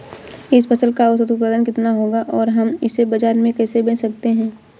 इस फसल का औसत उत्पादन कितना होगा और हम इसे बाजार में कैसे बेच सकते हैं?